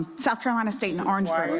south carolina state in orangeburg,